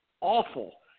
awful